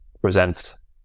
Presents